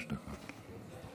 חמש דקות.